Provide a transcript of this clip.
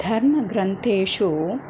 धर्मग्रन्थेषु